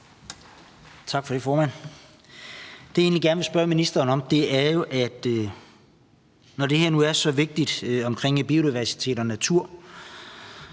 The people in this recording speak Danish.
Tak for det, formand. Jeg vil egentlig gerne spørge ministeren om noget. Når det her nu er så vigtigt, altså biodiversitet og natur,